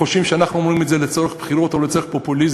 חושבים שאנחנו אומרים את זה לצורך בחירות או לצורך פופוליזם.